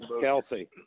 Kelsey